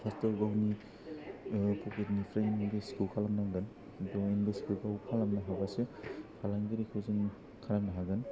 फार्सआव गावनि फकेटनिफ्राय इनभेसखौ खालामनांगोन इनभेसखौ गाव खालामनो हाबासो फालांगिरिखौ जों खालामनो हागोन